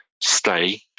stay